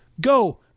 go